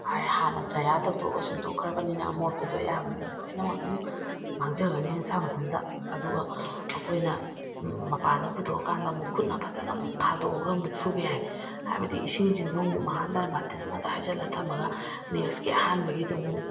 ꯑꯩ ꯍꯥꯟꯅ ꯗ꯭ꯔꯥꯏꯌꯔ ꯇꯧꯊꯣꯛꯑꯒ ꯁꯨꯝꯇꯣꯛꯈ꯭ꯔꯕꯅꯤꯅ ꯑꯃꯣꯠꯄꯗꯣ ꯑꯌꯥꯝꯕꯅ ꯂꯣꯏꯅꯃꯛ ꯑꯗꯨꯝ ꯃꯥꯡꯖꯈ꯭ꯔꯅꯤ ꯃꯁꯥ ꯃꯇꯣꯝꯇ ꯑꯗꯨꯒ ꯑꯩꯈꯣꯏꯅ ꯃꯄꯥꯟꯗ ꯄꯨꯊꯣꯛꯑꯀꯥꯟꯗ ꯑꯃꯨꯛ ꯈꯨꯠꯅ ꯐꯖꯅ ꯑꯃꯨꯛ ꯊꯥꯗꯣꯛꯑꯒ ꯑꯃꯨꯛ ꯁꯨꯕ ꯌꯥꯏ ꯍꯥꯏꯕꯗꯤ ꯏꯁꯤꯡꯁꯤꯡꯗꯣ ꯑꯃꯨꯛ ꯃꯥꯡꯍꯟꯗꯅ ꯕꯥꯇꯤꯟ ꯑꯃꯗ ꯍꯩꯖꯤꯜꯂ ꯊꯝꯃꯒ ꯅꯦꯛꯁꯀꯤ ꯑꯍꯥꯟꯕꯒꯤꯗꯨ ꯑꯃꯨꯛ